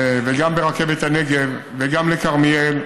וגם ברכבת הנגב, וגם לכרמיאל,